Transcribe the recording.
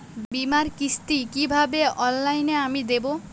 বীমার কিস্তি কিভাবে অনলাইনে আমি দেবো?